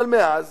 אבל מאז